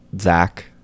Zach